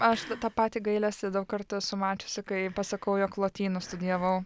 aš tą patį gailesį daug kartų esu mačiusi kai pasakau jog lotynų studijavau